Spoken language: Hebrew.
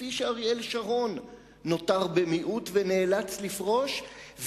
כפי שאריאל שרון נותר במיעוט ונאלץ לפרוש,